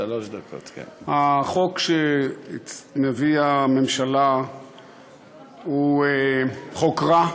החוק שמביאה הממשלה הוא חוק רע.